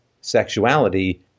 sexuality